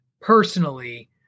personally